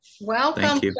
Welcome